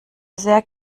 sehr